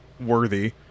worthy